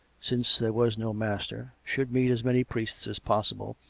since there was no master, should meet as many priests as possible,